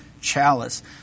chalice